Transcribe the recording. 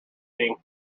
being